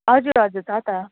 हजुर हजुर छ त